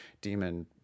Demon